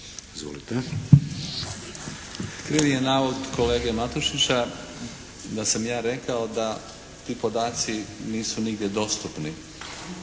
(HNS)** Krivi je navod kolege Matušića da sam ja rekao da ti podaci nisu nigdje dostupni.